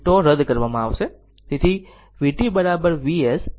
તેથી τ τ રદ કરવામાં આવશે